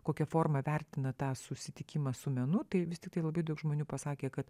kokia forma vertina tą susitikimą su menu tai vis tiktai labai daug žmonių pasakė kad